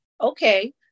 okay